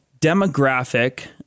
demographic